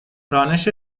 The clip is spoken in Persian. رانش